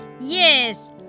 Yes